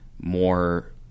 more